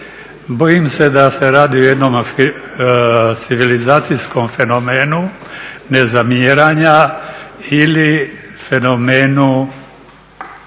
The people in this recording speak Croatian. Bojim se da se radi o jednom civilizacijskom fenomenu nezamjeranja ili fenomenu